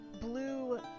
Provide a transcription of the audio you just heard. blue